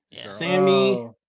Sammy